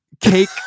cake